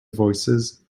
voices